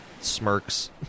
smirks